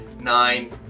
nine